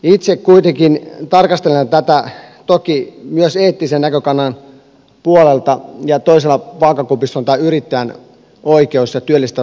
itse kuitenkin tarkastelen tätä toki myös eettisen näkökannan puolelta ja toisena vaakakupissa on yrittäjän oikeus ja työllistävät vaikutukset